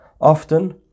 Often